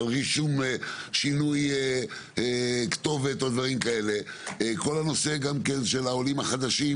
על רישום שינוי כתובת ודברים כאלה; כל הנושא של העולים החדשים